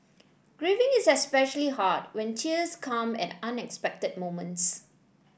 grieving is especially hard when tears come at unexpected moments